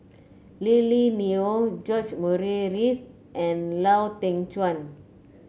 Lily Neo George Murray Reith and Lau Teng Chuan